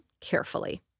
carefully